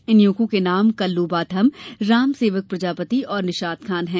इन युवकों के नाम कल्लूबाथम रामसेवक प्रजापति और निशात खान हैं